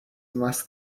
unless